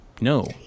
no